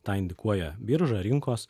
tą indikuoja birža rinkos